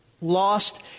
lost